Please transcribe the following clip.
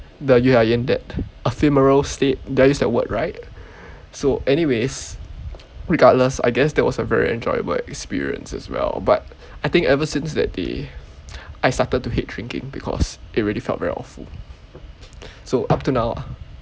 the you are in that ephemeral state did I use that word right so anyways regardless I guess that was a very enjoyable experience as well but I think ever since that day I started to hate drinking because it really felt very awful so up to now